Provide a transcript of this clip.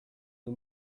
you